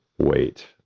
wait.